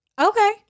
Okay